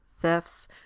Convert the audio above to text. thefts